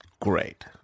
great